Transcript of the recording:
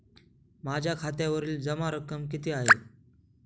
माझ्या खात्यावरील जमा रक्कम किती आहे?